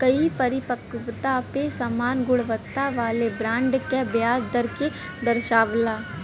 कई परिपक्वता पे समान गुणवत्ता वाले बॉन्ड क ब्याज दर के दर्शावला